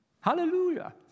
Hallelujah